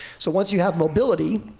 so, once you have mobility,